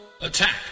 Attack